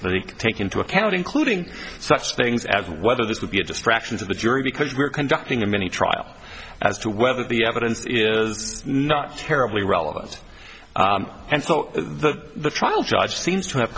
that he could take into account including such things as whether this would be a distraction to the jury because we're conducting a mini trial as to whether the evidence is not terribly relevant and so the trial judge seems to have